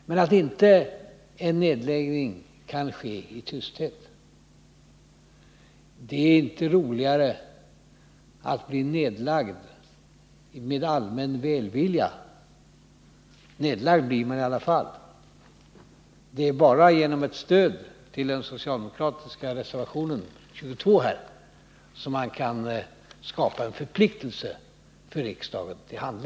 Man vet också att nedläggningar inte sker i tysthet. Det är inte roligare för ett företag att bli nedlagt med allmän välvilja, för nedlagt blir det i alla fall. Det är alltså bara genom att stödja den socialdemokratiska reservationen nr 22 som det skapas en förpliktelse för riksdagen att handla.